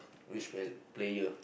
which player player